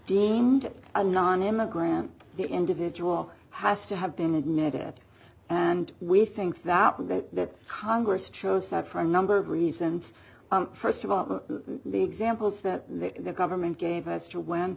deemed a nonimmigrant the individual has to have been admitted and we think that with that congress chose that for a number of reasons st of all the examples that the government gave us to when